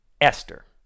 Esther